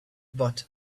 but